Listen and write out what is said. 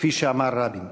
כפי שאמר רבין,